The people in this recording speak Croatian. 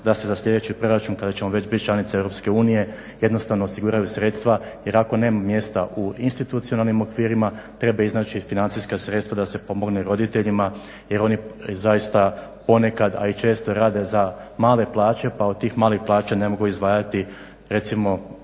da se za sljedeći proračun kada ćemo već biti članica Europske unije jednostavno osiguraju sredstva jer ako nema mjesta u institucionalnim okvirima, treba iznaći financijska sredstva da se pomogne roditeljima jer oni zaista ponekad, a i često rade za male plaće pa od tih malih plaća ne mogu izdvajati recimo